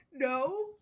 No